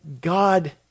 God